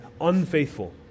unfaithful